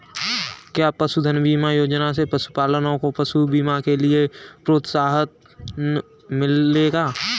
क्या पशुधन बीमा योजना से पशुपालकों को पशु बीमा के लिए प्रोत्साहन मिलेगा?